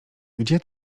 gdzie